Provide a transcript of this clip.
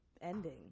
ending